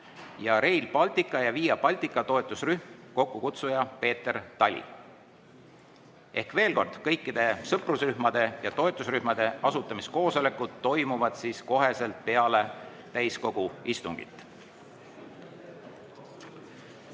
Rail Balticu ja Via Baltica toetusrühm, kokkukutsuja Peeter Tali. Veel kord: kõikide sõprusrühmade ja toetusrühmade asutamiskoosolekud toimuvad kohe peale täiskogu istungit.